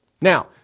Now